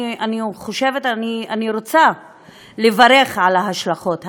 אני חושבת, אני רוצה לברך על ההשלכות האלה.